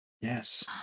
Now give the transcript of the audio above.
Yes